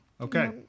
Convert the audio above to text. Okay